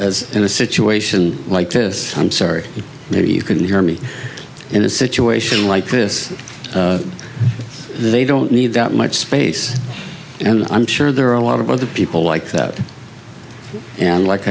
as in a situation like this i'm sorry you couldn't hear me in a situation like this they don't need that much space and i'm sure there are a lot of other people like that and like